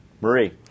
Marie